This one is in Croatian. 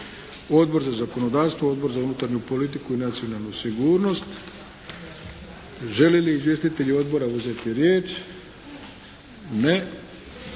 Odbor za zakonodavstvo, Odbor za unutarnju politiku i nacionalnu sigurnost. Žele li izvjestitelji odbora uzeti riječ? Ne.